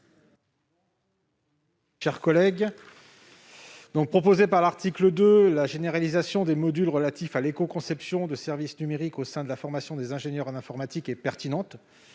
Éric Gold. Prévue à l'article 2, la généralisation des modules relatifs à l'écoconception de services numériques au sein de la formation des ingénieurs en informatique est pertinente.